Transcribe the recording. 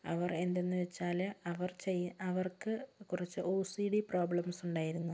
അവർ എന്തെന്ന് വെച്ചാൽ അവർ ചെയ്യു അവർക്ക് കുറച്ച് ഒ സി ഡി പ്രോബ്ലെംസ് ഉണ്ടായിരുന്നു